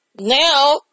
now